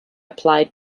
applied